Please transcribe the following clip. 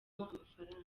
amafaranga